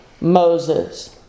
Moses